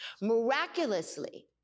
miraculously